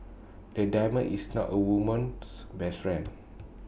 the diamond is not A woman's best friend